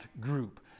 group